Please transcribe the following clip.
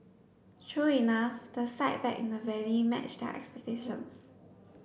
true enough the sight back in the valley matched their expectations